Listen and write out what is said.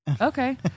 Okay